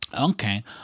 Okay